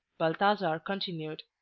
balthasar continued,